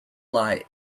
light